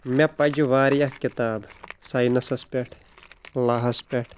مےٚ پجہِ واریاہ کِتابہٕ ساینَسس پٮ۪ٹھ لاہَس پٮ۪ٹھ